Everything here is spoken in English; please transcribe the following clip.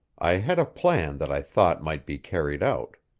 i had a plan that i thought might be carried out.